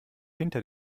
hinter